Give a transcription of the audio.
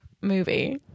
movie